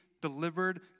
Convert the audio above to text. delivered